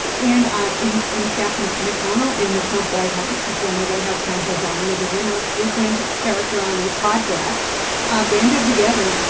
and, ah in in fact, mcconnell and the trump white house, former white house counsel don mcgahn a frequent character on this podcast banded together,